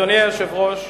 אדוני היושב-ראש,